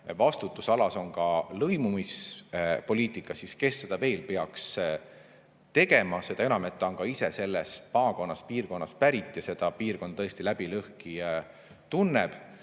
vastutusalas on ka lõimumispoliitika, siis kes seda veel peaks tegema, seda enam, et ta on ka ise sellest maakonnast, piirkonnast pärit ja seda piirkonda läbi-lõhki tunneb.